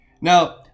Now